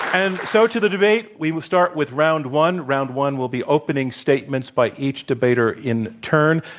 and so, to the debate. we will start with round one. round one will be opening statements by each debater in turn.